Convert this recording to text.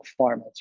formats